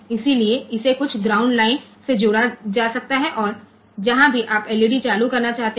इसलिए इसे कुछ ग्राउंड लाइन से जोड़ा जा सकता है और जहाँ भी आप एलईडी चालू करना चाहते हैं